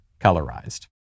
colorized